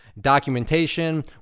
documentation